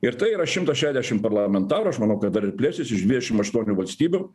ir tai yra šimtas šešiasdešim parlamentarų aš manau kad dar ir plėsis iš dvidešim aštuonių valstybių